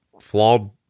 flawed